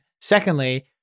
Secondly